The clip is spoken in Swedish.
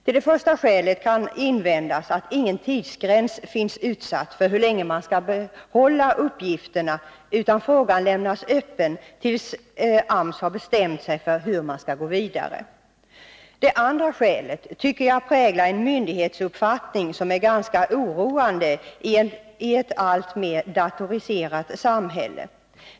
Mot det första skälet kan invändas att ingen tidsgräns finns utsatt för hur länge man skall behålla uppgifterna, utan frågan lämnas öppen tills AMS har bestämt sig för hur man skall gå vidare. Det andra skälet tycker jag speglar en myndighetsuppfattning som är ganska oroande i ett alltmer datoriserat samhälle.